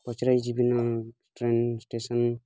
ପଚରା ହୋଇଛି train station